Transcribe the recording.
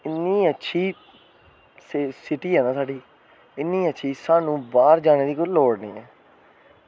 इन्नी अच्छी सिटी ऐ ना साढ़ी इन्नी अच्छी कि स्हानू बाहर जानै दी कोई लोड़ निं ऐ